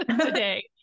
today